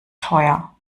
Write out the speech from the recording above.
teuer